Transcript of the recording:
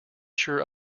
sure